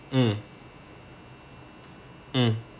mm mm